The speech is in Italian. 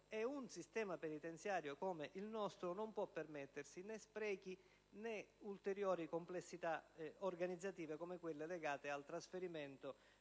un sistema penitenziario come il nostro non può permettersi né sprechi né ulteriori complessità organizzative come quelle legate al trasferimento